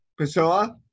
Pessoa